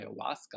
ayahuasca